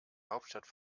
hauptstadt